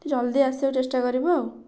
ଜଲ୍ଦି ଆସିବାକୁ ଚେଷ୍ଟା କରିବ ଆଉ